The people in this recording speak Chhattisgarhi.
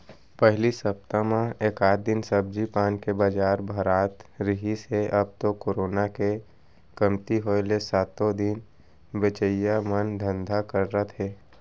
पहिली सप्ता म एकात दिन सब्जी पान के बजार भरात रिहिस हे अब तो करोना के कमती होय ले सातो दिन बेचइया मन धंधा करत हे